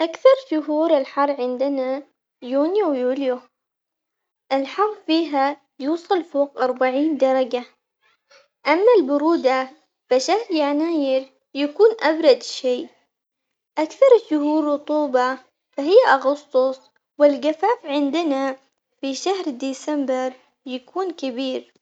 أكثر شهور الحر عندنا يونيو ويوليو، الحر فيها يوصل فوق أربعين درجة أما البرودة فشهر يناير يكون أبرد شي، أكثر الشهور رطوبة هي أغسطس والجفاف عندنا في شهر ديسمبر يكون كبير.